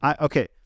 okay